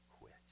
quit